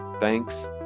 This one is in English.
Thanks